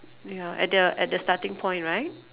ya at their at the starting point right